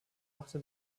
machte